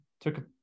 took